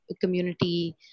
community